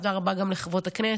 תודה רבה גם לחברות הכנסת,